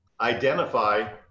identify